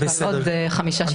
ועל עוד חמישה-שישה נושאים.